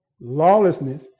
lawlessness